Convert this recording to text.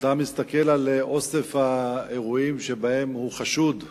כשאתה מסתכל על אוסף האירועים שבהם הוא חשוד,